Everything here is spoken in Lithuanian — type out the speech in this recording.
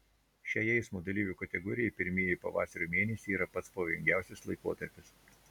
šiai eismo dalyvių kategorijai pirmieji pavasario mėnesiai yra pats pavojingiausias laikotarpis